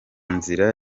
nzira